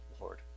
Lord